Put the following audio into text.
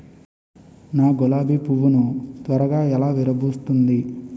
నా గులాబి పువ్వు ను త్వరగా ఎలా విరభుస్తుంది?